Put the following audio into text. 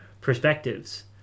perspectives